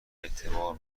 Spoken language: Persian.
اعتبار